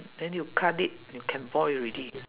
then you cut it you can boil already